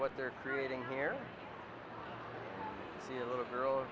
what they're creating here the little girl